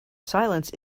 silence